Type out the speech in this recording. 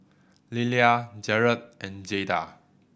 Lelia Jarrett and Jayda